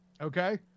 okay